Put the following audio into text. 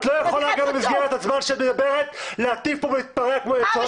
את לא יכולה כאן במסגרת הזמן שאת מדברת להטיף ולהתפרע כמו- -- אה,